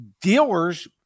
dealers